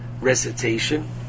recitation